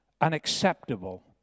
unacceptable